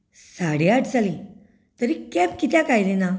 साडे आठ जालीं तरी कॅब कित्याक आयली ना